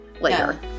later